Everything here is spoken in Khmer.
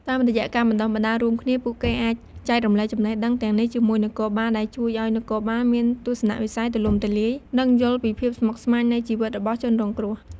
តាមរយៈការបណ្តុះបណ្តាលរួមគ្នា ពួកគេអាចចែករំលែកចំណេះដឹងទាំងនេះជាមួយនគរបាល ដែលជួយឱ្យនគរបាលមានទស្សនវិស័យទូលំទូលាយ និងយល់ពីភាពស្មុគស្មាញនៃជីវិតរបស់ជនរងគ្រោះ។